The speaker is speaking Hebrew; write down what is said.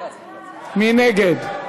מי נגד?